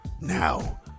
Now